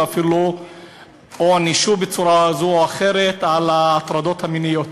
ואפילו הוענשו בצורה זו או אחרת על ההטרדות המיניות.